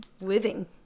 living